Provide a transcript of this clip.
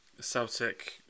Celtic